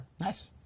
Nice